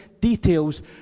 details